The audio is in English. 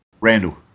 randall